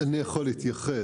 אני יכול להתייחס.